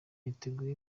niteguye